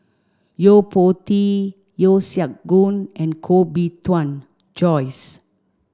Yo Po Tee Yeo Siak Goon and Koh Bee Tuan Joyce